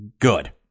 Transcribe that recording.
Good